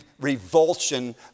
revulsion